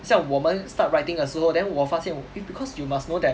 像我们 start writing 的时候 then 我发现 eh because you must know that